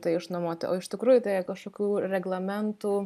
tai išnuomoti o iš tikrųjų tai kažkokių reglamentų